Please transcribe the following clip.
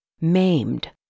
maimed